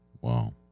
Wow